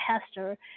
Hester